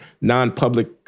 non-public